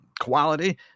quality